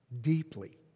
deeply